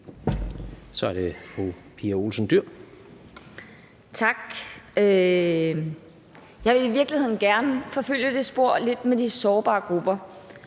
Kl. 22:23 Pia Olsen Dyhr (SF): Tak. Jeg vil i virkeligheden gerne forfølge det spor med de sårbare grupper